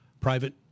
private